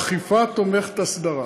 אכיפה תומכת-הסדרה.